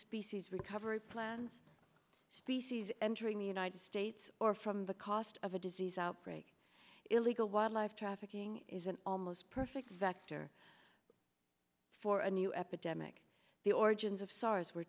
species recovery plans species entering the united states or from the cost of a disease outbreak illegal wildlife trafficking is an almost perfect vector for a new epidemic the origins of sars were